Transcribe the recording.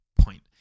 point